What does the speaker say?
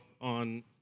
on